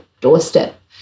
doorstep